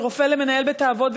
מרופא למנהל בית-האבות,